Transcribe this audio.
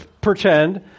pretend